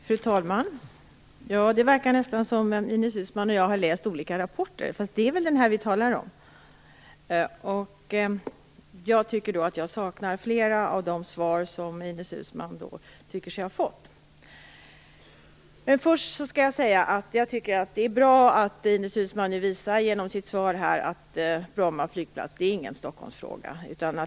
Fru talman! Det verkar nästan som om Ines Uusmann och jag har läst olika rapporter. Det är väl den här vi talar om? Jag tycker att jag saknar flera av de svar som Ines Uusmann tycker sig ha fått. Men först skall jag säga att jag tycker att det är bra att Ines Uusmann genom sitt svar nu visar att frågan om Bromma flygplats inte är någon Stockholmsfråga.